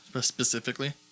Specifically